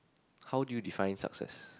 how do you define success